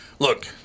Look